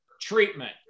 treatment